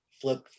flip